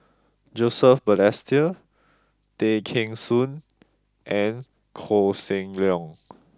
Joseph Balestier Tay Kheng Soon and Koh Seng Leong